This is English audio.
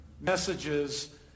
messages